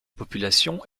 population